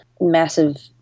massive